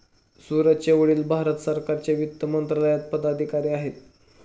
सूरजचे वडील भारत सरकारच्या वित्त मंत्रालयात पदाधिकारी आहेत